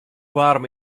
waarm